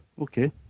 Okay